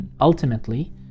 ultimately